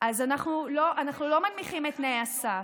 אנחנו לא מנמיכים את תנאי הסף.